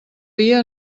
dia